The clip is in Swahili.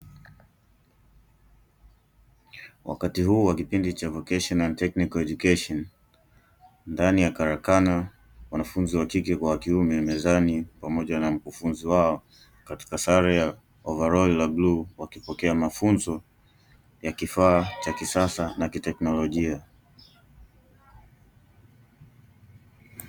Wakati huu wa kipindi cha "vocation and technical education" ndani ya karakana wanafunzi wa kike kwa wa kiume mezani pamoja na mkufunzi wao, katika sare ya ovaroli la bluu wakipokea mafunzo ya kifaa cha kisasa na kiteknolojia.